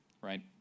right